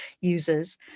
users